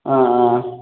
ஆ ஆ